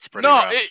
No